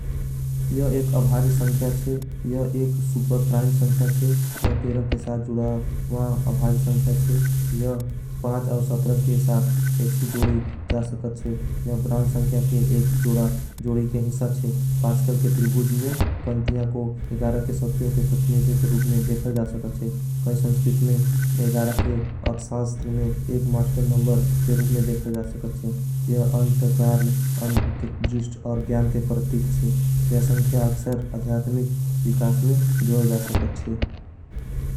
यह एक अभाज संख्या छे यह एक सूपर प्राइम संख्या छे। यह तेरह के साथ जुड़ा वां अभाज संख्या छे यह पाँच और। सत्रह के साथ सेक्शी जोड़ी जा सकत छे यह ब्राउन संख्या। के एक जोड़ा जोड़ी के हिसा छे पास्कल के त्रिभूज में पंतिया। को एगारा के सक्तियों के प्रतिनिद्वत रूप में देखल जा सकत। छे कहीं संस्क्रित में एगारा के अकसांस्तर में एक मास्टर। नंबर के रूप में देखल जा सकत छे यह अंत कार्ण अंत। द्रिष्ट और ग्यान के परतिक छे यह संख्या अक्सार। अध्यात्मिक विकास में जोल जा सकत छे।